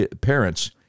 parents